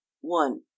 one